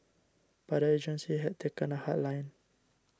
but the agency has taken a hard line